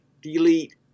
Delete